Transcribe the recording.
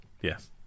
yes